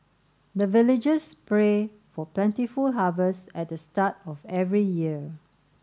the villagers pray for plentiful harvest at the start of every year